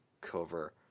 cover